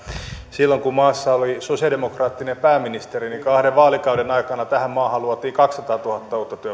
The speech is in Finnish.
silloin kun maassa oli sosialidemokraattinen pääministeri niin kahden vaalikauden aikana tähän maahan luotiin kaksisataatuhatta uutta työpaikkaa